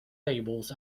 tables